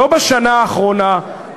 לא בשנה האחרונה,